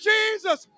Jesus